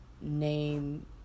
name